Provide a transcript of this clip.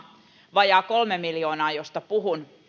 vajaa kolme miljoonaa josta puhun